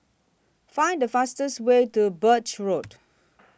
Find The fastest Way to Birch Road